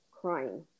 crying